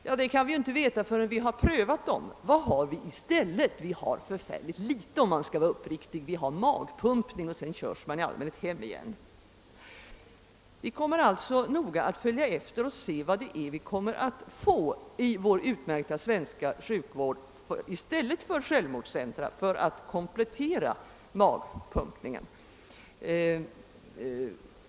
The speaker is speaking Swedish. Ja, det kan vi inte veta förrän vi prövat dem. Vad har vi i stället? Vi har förfärligt litet, om jag skall vara uppriktig — det blir magpumpning och sedan körs patienten i allmänhet hem igen. Vi motionärer kommer noga att följa utvecklingen och se efter vad vi kommer att få, i vår utmärkta svenska sjukvård, i stället för självmordscentra — och alltså som komplement till magpumpningen.